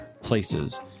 places